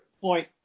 point